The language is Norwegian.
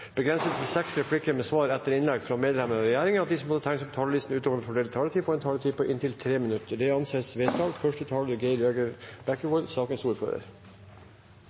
begrenset til seks replikker med svar etter innlegg fra medlemmer av regjeringen, og at de som måtte tegne seg på talerlisten utover den fordelte taletid, får en taletid på inntil 3 minutter. – Det anses vedtatt.